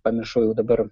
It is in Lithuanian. pamiršau jau dabar